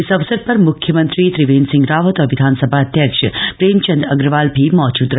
इस अवसर पर मुख्यमंत्री त्रिवेंद्र सिंह रामत और विधामसभ अध्यक्ष प्रेमचंद अग्रवाल भी मौजूद रहे